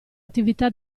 attività